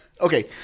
Okay